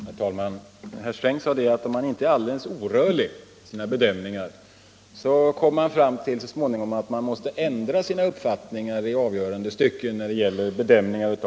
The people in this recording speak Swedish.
Herr talman! Herr Sträng sade att om man inte är alldeles orörlig i sina bedömningar måste man så småningom ändra uppfattning om ekonomin i avgörande stycken. Det är riktigt.